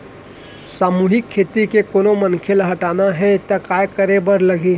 सामूहिक खाता के कोनो मनखे ला हटाना हे ता काय करे बर लागही?